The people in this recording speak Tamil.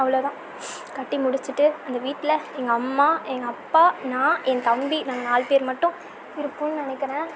அவ்வளோதான் கட்டிமுடித்துட்டு அந்த வீட்டில் எங்கள் அம்மா எங்கள் அப்பா நான் என் தம்பி நாங்கள் நாலு பேர் மட்டும் இருக்கணும்னு நினைக்கிறேன்